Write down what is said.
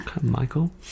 michael